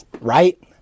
Right